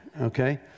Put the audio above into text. okay